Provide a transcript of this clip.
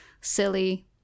silly